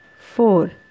four